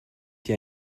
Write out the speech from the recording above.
dir